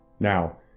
Now